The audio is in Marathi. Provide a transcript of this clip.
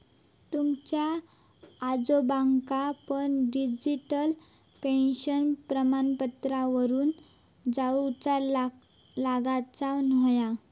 तुमच्या आजोबांका पण डिजिटल पेन्शन प्रमाणपत्रावरून जाउचा लागाचा न्हाय